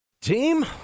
Team